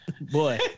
Boy